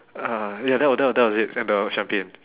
ah yeah that was that was it and the champagne